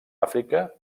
àfrica